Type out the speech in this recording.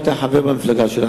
היית חבר במפלגה שלה,